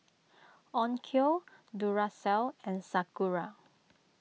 Onkyo Duracell and Sakura